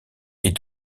est